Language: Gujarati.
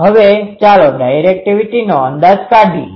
હવે ચાલો ડિરેક્ટિવિટીનો અંદાજ કાઢીએ